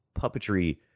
puppetry